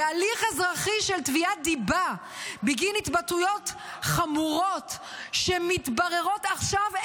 והליך אזרחי של תביעת דיבה בגין התבטאויות חמורות שמתבררות עכשיו,